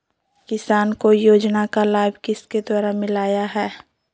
किसान को योजना का लाभ किसके द्वारा मिलाया है?